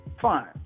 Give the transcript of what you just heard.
fine